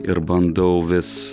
ir bandau vis